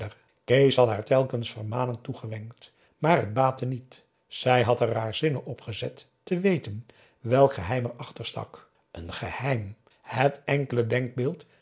kees had haar telkens vermanend toegewenkt maar het baatte niet zij had er haar zinnen op gezet te weten welk p a daum hoe hij raad van indië werd onder ps maurits geheim er achter stak een geheim het enkele denkbeeld